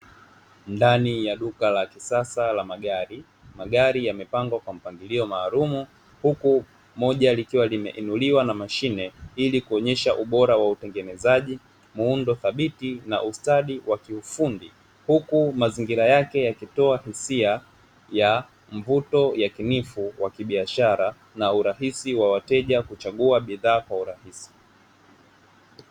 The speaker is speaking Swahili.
Ndani ya duka la kisasa la magari, magari yamepangwa kwa mpangilio maalumu huku moja likiwa limeinuliwa na mashine ili kuonyesha ubora wa utengenezaji, muundo thabiti na ustadi wa kiufundi; huku mazingira yake yakitoa hisia ya mvuto yakinifu wa kibiashara na urahisi wa wateja kuchagua bidhaa kwa urahisi.